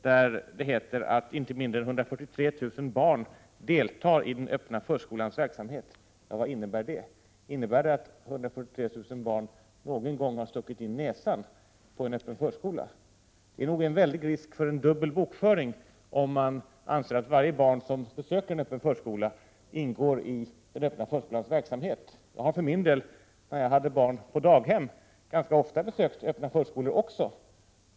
Där heter det att inte mindre än 143 000 barn deltar i den öppna förskolans verksamhet. Vad innebär det? Innebär det att 143 000 barn någon gång har stuckit in näsan på en öppen förskola? Det finns nog en stor risk för dubbel bokföring, om man anser att varje barn som besöker en öppen förskola ingår i den öppna förskolans verksamhet. Jag för min del, när jag hade mitt barn på daghem, besökte ganska ofta en öppen förskola.